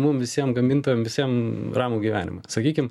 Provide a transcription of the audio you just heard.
mum visiem gamintojam visiem ramų gyvenimą sakykim